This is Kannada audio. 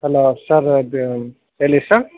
ಹಲೋ ಸರ್ ಇದು ಹೇಳಿ ಸರ್